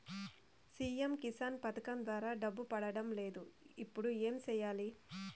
CM Kisan పథకం ద్వారా డబ్బు పడడం లేదు ఇప్పుడు ఏమి సేయాలి